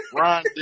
Ron